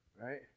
right